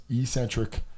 eccentric